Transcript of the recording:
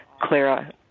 clara